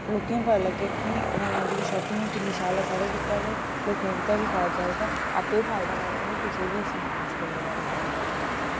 लोकें पता लग्गै कि आनलाइन जेह्ड़ी शापिंग ऐ किन्नी शैल ऐ साढ़े गित्तै ते लोकें गित्तै बी फायदा जेह्का आप्पे फायदा लैना ते कुसै ई बी सनाना इस गल्ल बारै